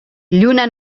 lluna